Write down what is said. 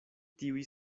tiuj